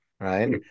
right